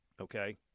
okay